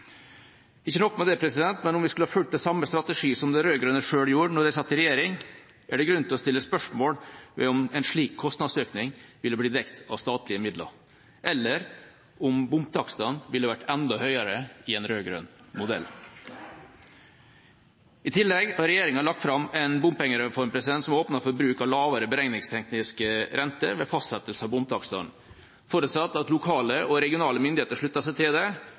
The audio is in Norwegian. ikke nok med det: Om vi skulle fulgt den samme strategien som de rød-grønne gjorde da de satt i regjering, er det grunn til å stille spørsmål ved om en slik kostnadsøkning ville blitt dekket av statlige midler, eller om bompengetakstene ville vært enda høyere i en rød-grønn modell. I tillegg har regjeringa lagt fram en bompengereform som åpner for bruk av lavere beregningsteknisk rente ved fastsettelse av bomtakstene. Forutsatt at lokale og regionale myndigheter slutter seg til det,